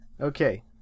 Okay